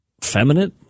feminine